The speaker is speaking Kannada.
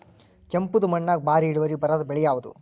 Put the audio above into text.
ಕೆಂಪುದ ಮಣ್ಣಾಗ ಭಾರಿ ಇಳುವರಿ ಬರಾದ ಬೆಳಿ ಯಾವುದು?